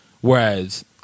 Whereas